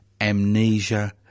amnesia